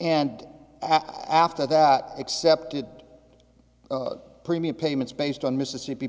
and after after that accepted premium payments based on mississippi